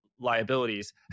liabilities